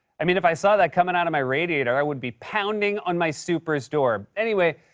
i mean, if i saw that coming out of my radiator, i would be pounding on my super's door. anyway,